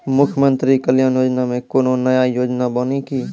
मुख्यमंत्री कल्याण योजना मे कोनो नया योजना बानी की?